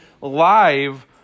live